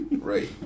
Right